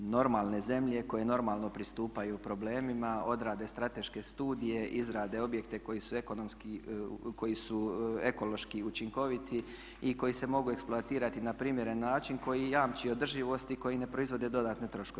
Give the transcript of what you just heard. Normalne zemlje koje normalno pristupaju problemima odrade strateške studije, izrade objekte koji su ekološki učinkoviti i koji se mogu eksploatirati na primjeren način koji jamči održivost i koji ne proizvode dodatne troškove.